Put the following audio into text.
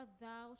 thou